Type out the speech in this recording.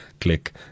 Click